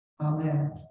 Amen